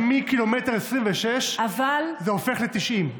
התשובה נגעה לכך שמהקילומטר ה-26 זה הופך ל-90.